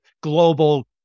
global